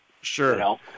Sure